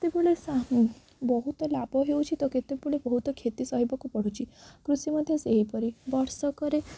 କେତେବେଳେ ବହୁତ ଲାଭ ହେଉଛି ତ କେତେବେଳେ ବହୁତ କ୍ଷତି ସହିବାକୁ ପଡ଼ୁଛି କୃଷି ମଧ୍ୟ ସେହିପରି ବର୍ଷକରେ